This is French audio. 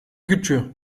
culture